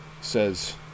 says